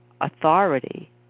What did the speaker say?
authority